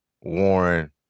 Warren